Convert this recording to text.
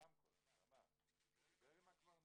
ברמקול ואמר שהוא דיבר עם הקברניט,